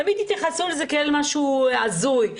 תמיד התייחסו לזה כאל משהו הזוי.